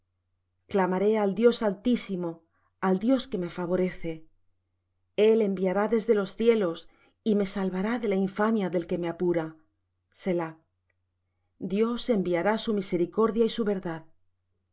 clamaré al dios altísimo al dios que me favorece el enviará desde los cielos y me salvará de la infamia del que me apura selah dios enviará su misericordia y su verdad